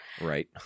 Right